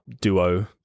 duo